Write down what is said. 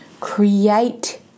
Create